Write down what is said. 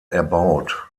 erbaut